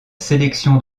sélection